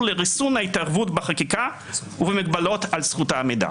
לריסון ההתערבות בחקיקה ובמגבלות על זכות העמידה.